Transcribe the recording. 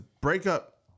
Breakup